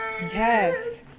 Yes